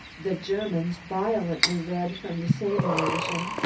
the german's violently red from the same emotion,